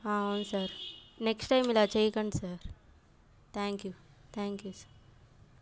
అవును sir next time ఇలా చేయకండి sir thank you thank you sir